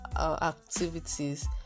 activities